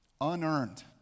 unearned